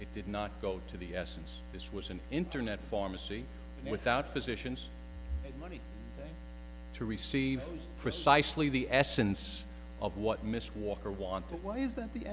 it did not go to the essence this was an internet pharmacy without physicians and money to receive precisely the essence of what miss walker want to why is that the